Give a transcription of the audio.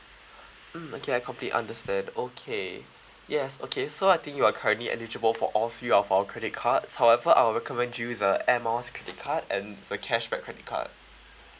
mm okay I completely understand okay yes okay so I think you are currently eligible for all three of our credit cards however I'll recommend you the air miles credit card and the cashback credit card